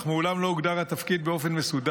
אך התפקיד מעולם לא הוגדר באופן מסודר.